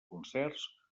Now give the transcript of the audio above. concerts